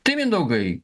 tai mindaugai